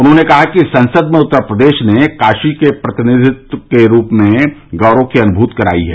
उन्होंने कहा कि संसद में उत्तर प्रदेश ने काशी के प्रतिनिधि के रूप में गौरव की अनुमृति कराई है